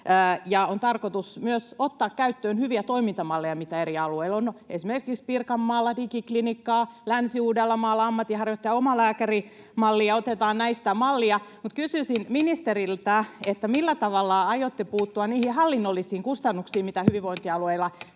on tarkoitus myös ottaa käyttöön hyviä toimintamalleja, mitä eri alueilla on, esimerkiksi Pirkanmaalla digiklinikkaa, Länsi-Uudellamaalla ammatinharjoittajan omalääkärimallia — otetaan näistä mallia. Kysyisin ministeriltä: millä tavalla aiotte puuttua niihin hallinnollisiin kustannuksiin, mitä hyvinvointialueilla